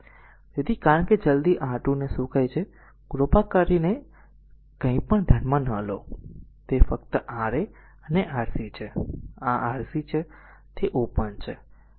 તેથી કારણ કે જલદી r 2 ને શું કહે છે કૃપા કરીને અહીં કંઈપણ ધ્યાનમાં ન લો તે ફક્ત Ra અને Rc છે આ Rc છે તે ઓપન છે